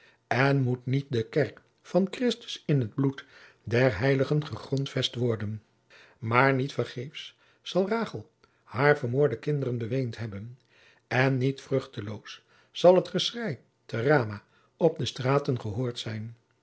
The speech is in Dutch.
en moet niet de kerk van christus in het bloed der heiligen gegrondvest worden maar niet vergeefs zal rachel hare vermoorde kinderen beweend hebben en niet vruchteloos zal het geschrei te rama op de straten gehoord zijn